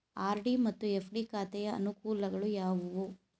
RD ಮತ್ತು FD ಖಾತೆಯ ಅನುಕೂಲಗಳು ಯಾವುವು?